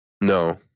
No